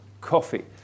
coffee